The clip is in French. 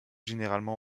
généralement